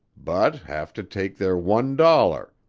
but have to take their one dollar,